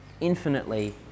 infinitely